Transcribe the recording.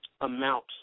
amount